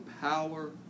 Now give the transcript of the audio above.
power